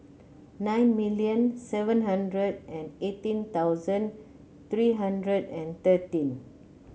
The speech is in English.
nine million seven hundred and eighteen thousand three hundred and thirteen